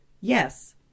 Yes